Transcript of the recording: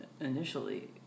initially